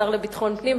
השר לביטחון פנים.